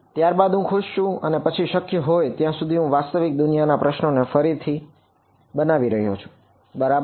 ત્યારબાદ હું ખુશ છું અને પછી શક્ય હોય ત્યાં સુધી હું વાસ્તવિક દુનિયાના પ્રશ્નોને ફરીથી બનાવી રહ્યો છું બરાબર